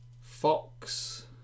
Fox